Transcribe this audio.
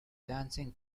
dancing